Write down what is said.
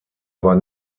aber